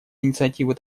инициативы